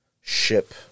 ship